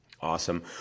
Awesome